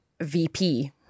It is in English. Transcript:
VP